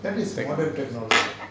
that is modern technology